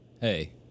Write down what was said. Hey